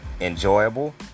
Enjoyable